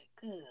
good